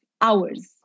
hours